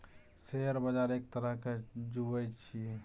share बजार एक तरहसँ जुऐ छियै